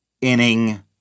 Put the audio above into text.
inning